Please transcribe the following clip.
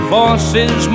voices